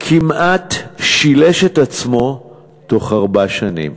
כמעט שילש את עצמו בתוך ארבע שנים.